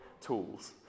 tools